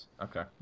Okay